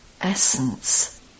Essence